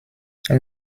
elle